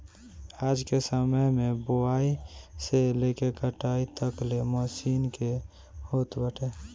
आजके समय में बोआई से लेके कटाई तकले मशीन के होत बाटे